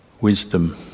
wisdom